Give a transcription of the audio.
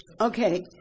Okay